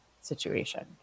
situation